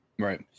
Right